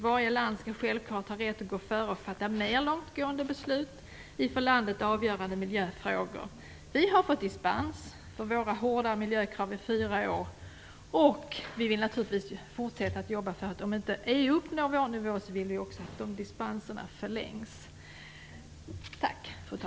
Varje land skall självfallet ha rätt att gå före och fatta mer långtgående beslut i för landet avgörande miljöfrågor. Vi har fått dispens i fyra år för våra hårda miljökrav, och vi vill naturligtvis fortsätta att jobba för att dispenserna förlängs om inte EU uppnår vår nivå.